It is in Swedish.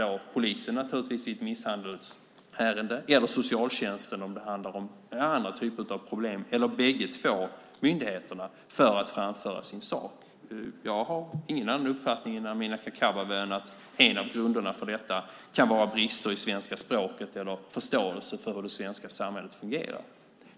Det är i första hand polisen i ett misshandelsärende, socialtjänsten om det handlar om andra typer av problem eller båda myndigheterna. Jag har ingen annan uppfattning än Amineh Kakabaveh om att en av grunderna för detta kan vara brister i svenska språket eller förståelse för hur det svenska samhället fungerar.